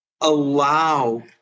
allow